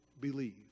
believe